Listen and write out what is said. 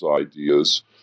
ideas